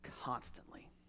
constantly